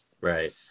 Right